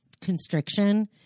constriction